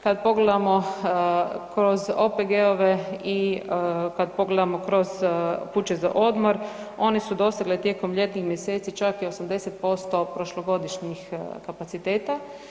Kada pogledamo kroz OPG-ove i kada pogledamo kroz kuće za odmor one su dosegle tijekom ljetnih mjeseci čak i 80% prošlogodišnjih kapaciteta.